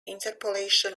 interpolation